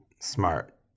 smart